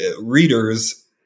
readers